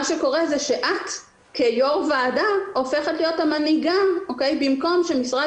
מה שקורה זה שאת כיושבת ראש ועדה הופכת להיות המנהיגה במקום שמשרד